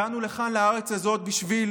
באנו לכאן, לארץ הזאת, בשביל